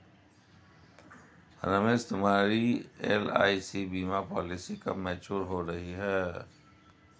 रमेश तुम्हारी एल.आई.सी बीमा पॉलिसी कब मैच्योर हो रही है?